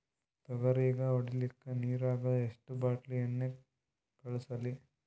ತೊಗರಿಗ ಹೊಡಿಲಿಕ್ಕಿ ನಿರಾಗ ಎಷ್ಟ ಬಾಟಲಿ ಎಣ್ಣಿ ಕಳಸಲಿ?